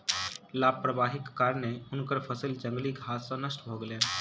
लापरवाहीक कारणेँ हुनकर फसिल जंगली घास सॅ नष्ट भ गेलैन